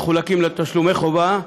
מחולקים לתשלומי חובה,